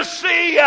see